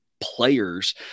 players